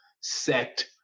sect